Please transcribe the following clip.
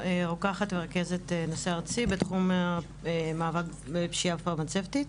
רוקחת ורכזת נושא ארצי בתחום המאבק בפשיעה פרמצבטית.